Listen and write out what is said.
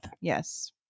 Yes